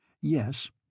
Yes